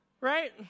Right